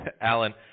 Alan